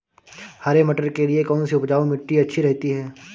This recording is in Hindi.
हरे मटर के लिए कौन सी उपजाऊ मिट्टी अच्छी रहती है?